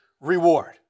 reward